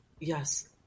Yes